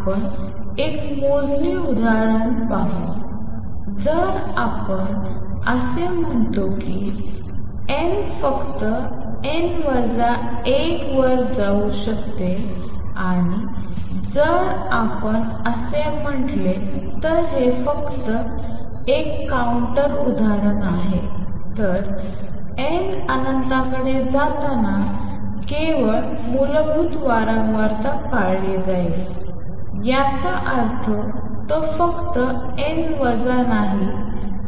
आपण एक मोजणी उदाहरण पाहू जर आपण असे म्हणतो की n फक्त n वजा एक वर जाऊ शकते आणि जर आपण असे म्हटले तर हे फक्त एक काउंटर उदाहरण आहे तर n अनंततेकडे जाताना केवळ मूलभूत वारंवारता पाळली जाईल याचा अर्थ तो फक्त n वजा नाही